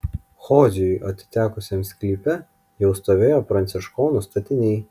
hozijui atitekusiame sklype jau stovėjo pranciškonų statiniai